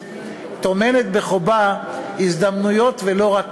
טומנת בחובה הזדמנויות ולא רק קשיים.